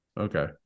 okay